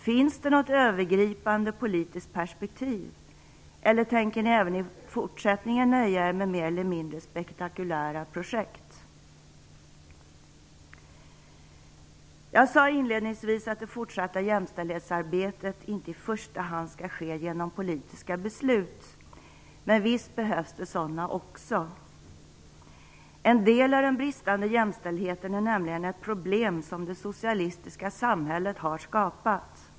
Finns det något övergripande politiskt perspektiv, eller tänker ni även i fortsättningen nöja er med mer eller mindre spektakulära projekt? Jag sade inledningsvis att det fortsatta jämställdhetsarbetet inte i första hand skall ske genom politiska beslut, men visst behövs också sådana. En del av den bristande jämställdheten är nämligen ett problem som det socialistiska samhället har skapat.